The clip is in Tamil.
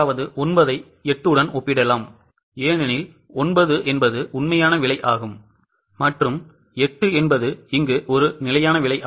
9 ஐ 8 உடன் ஒப்பிடலாம் ஏனெனில் 9 உண்மையான விலை மற்றும் 8 ஒரு நிலையான விலை